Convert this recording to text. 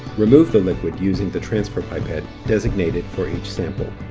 remove the liquid using the transfer pipette designated for each sample.